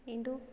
ᱤᱧᱫᱚ